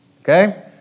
Okay